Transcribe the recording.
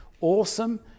awesome